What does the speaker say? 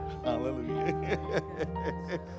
Hallelujah